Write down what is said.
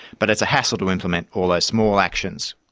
but it's a hassle to implement all those small actions.